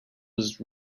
was